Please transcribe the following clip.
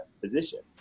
physicians